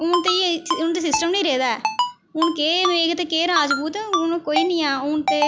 हून ते एह् हून ते सिस्टम निं रेह्दा ऐ हून केह् मेघ ते केह् राजपूत हून कोई निं ऐ हून ते